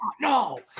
no